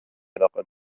لقد